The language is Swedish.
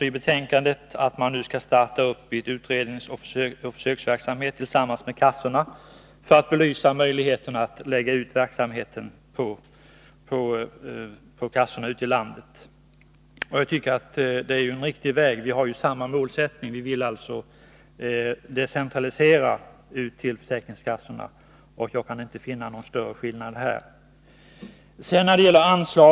I betänkandet står att man skall starta en utredningsoch försöksverksamhet tillsammans med kassorna för att belysa möjligheterna att lägga ut verksamheten på kassorna ute i landet. Det tycker jag är en riktig väg att gå. Vi har således samma målsättning, nämligen att decentralisera verksamhet ut till försäkringskassorna. Jag kan inte finna någon större skillnad i uppfattningarna på den punkten.